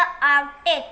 Arctic